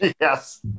yes